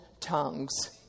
tongues